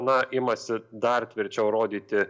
na imasi dar tvirčiau rodyti